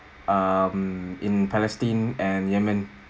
um in palestine and yemen